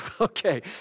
okay